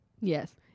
yes